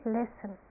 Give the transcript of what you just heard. listen